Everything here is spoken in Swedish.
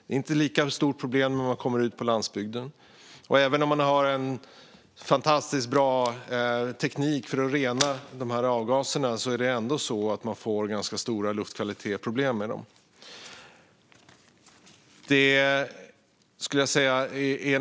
Det är inte ett lika stort problem när man kommer ut på landsbygden. Även om man har en fantastiskt bra teknik för att rena avgaserna får man ändå ganska stora luftkvalitetsproblem med dem.